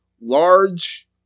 large